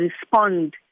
respond